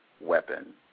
weapon